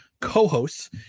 co-hosts